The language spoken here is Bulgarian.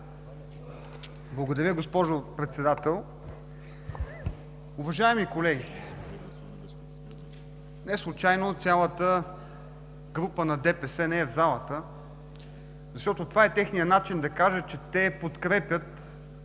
Благодаря, госпожо Председател. Уважаеми колеги, неслучайно цялата Парламентарна група на ДПС не е в залата, защото това е техният начин да кажат, че подкрепят